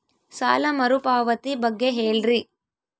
ಸಾಲ ಮರುಪಾವತಿ ಬಗ್ಗೆ ಹೇಳ್ರಿ?